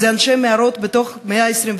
אנשי מערות במאה ה-21.